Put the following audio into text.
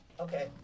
Okay